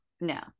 No